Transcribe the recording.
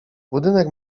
budynek